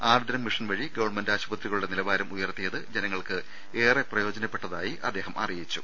Aardram mission വഴി government ആശുപത്രികളുടെ നിലവാരം ഉയർത്തിയത് ജന ങ്ങൾക്ക് ഏറെ പ്രയോജനപ്പെട്ടതായി അദ്ദേഹം അറിയിച്ചു